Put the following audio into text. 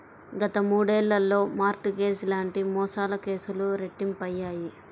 గత మూడేళ్లలో mortgage లాంటి మోసాల కేసులు రెట్టింపయ్యాయి